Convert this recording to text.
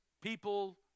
people